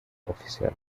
oficial